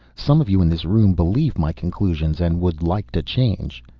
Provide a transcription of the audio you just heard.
some of you in this room believe my conclusions and would like to change.